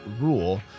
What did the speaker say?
Rule